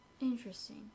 Interesting